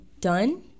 done